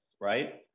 right